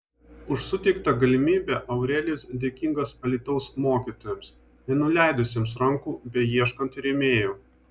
už suteiktą galimybę aurelijus dėkingas alytaus mokytojams nenuleidusiems rankų beieškant rėmėjų